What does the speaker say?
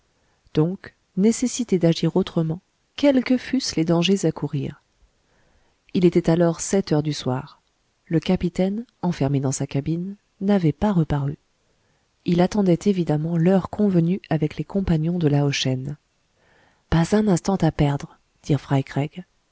donc nécessité d'agir autrement quels que fussent les dangers à courir il était alors sept heures du soir le capitaine enfermé dans sa cabine n'avait pas reparu il attendait évidemment l'heure convenue avec les compagnons de lao shen pas un instant à perdre dirent